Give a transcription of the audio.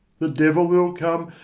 the devil will come,